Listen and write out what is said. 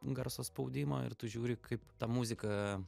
garso spaudimo ir tu žiūri kaip ta muzika